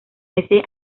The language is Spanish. ese